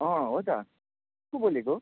अँ हो त को बोलेको